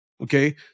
Okay